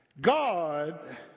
God